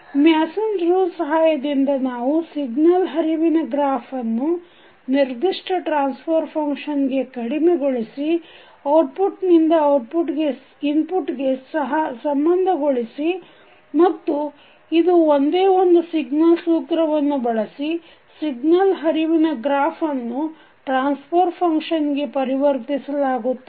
Mason rule ಸಹಾಯದಿಂದ ನಾವು signal ಹರಿವಿನ ಗ್ರಾಫನ್ನು ನಿರ್ದಿಷ್ಟ ಟ್ರಾನ್ಸಫರ್ ಫಂಕ್ಷನ್ ಗೆ ಕಡಿಮೆಗೊಳಿಸಿ ಔಟ್ಪುಟ್ ನಿಂದ ಇನ್ಪುಟ್ ಗೆ ಸಂಬಂಧಗೊಳಿಸಿ ಮತ್ತು ಇದು ಒಂದೇ ಒಂದು ಸಿಗ್ನಲ್ ಸೂತ್ರವನ್ನು ಬಳಸಿ ಸಿಗ್ನಲ್ ಹರಿವಿನ ಗ್ರಾಫ್ ಅನ್ನು ಟ್ರಾನ್ಸಫರ್ ಫಂಕ್ಷನ್ ಗೆ ಪರಿವರ್ತಿಸಲಾಗುತ್ತದೆ